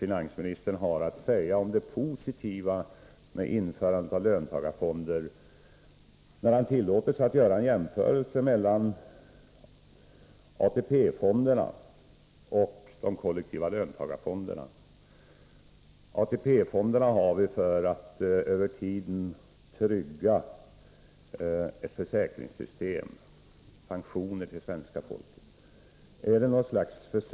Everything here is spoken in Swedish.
finansministern har att säga om det positiva med införandet av löntagarfonder, att Kjell-Olof Feldt tillät sig att göra en jämförelse mellan ATP fonderna och de kollektiva löntagarfonderna. ATP-fonderna har vi för att trygga ett försäkringssystem, pensioner till svenska folket.